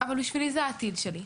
אבל בשבילי זה העתיד שלי.